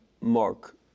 Mark